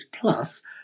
plus